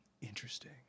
Interesting